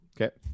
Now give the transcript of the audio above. Okay